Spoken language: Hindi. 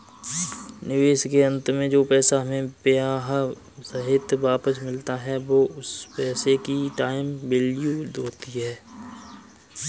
निवेश के अंत में जो पैसा हमें ब्याह सहित वापस मिलता है वो उस पैसे की टाइम वैल्यू होती है